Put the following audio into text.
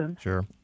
Sure